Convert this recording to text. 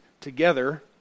together